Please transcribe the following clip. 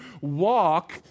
walk